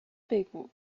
بگو